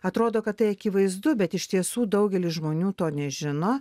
atrodo kad tai akivaizdu bet iš tiesų daugelis žmonių to nežino